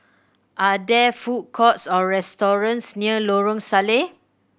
are there food courts or restaurants near Lorong Salleh